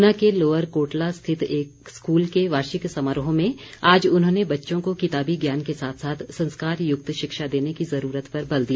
ऊना के लोअर कोटला स्थित एक स्कूल के वार्षिक समारोह में आज उन्होंने बच्चों को किताबी ज्ञान के साथ साथ संस्कारयुक्त शिक्षा देने की ज़रूरत पर बल दिया